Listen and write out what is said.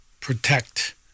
protect